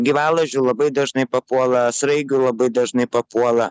gyvalazdžių labai dažnai papuola sraigių labai dažnai papuola